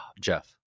Jeff